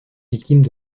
victimes